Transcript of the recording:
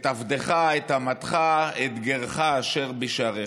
את עבדך, את אמתך, את גרך אשר בשעריך.